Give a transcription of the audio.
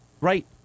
Right